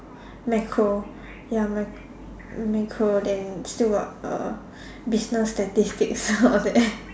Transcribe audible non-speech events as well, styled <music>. macro ya mac~ macro then still got uh business statistics <laughs> all that <laughs>